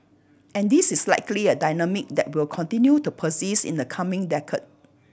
and this is likely a dynamic that will continue to persist in the coming decade